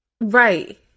Right